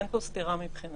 אין פה סתירה מבחינתנו.